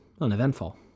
uneventful